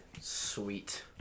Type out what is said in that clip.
Sweet